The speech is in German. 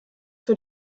für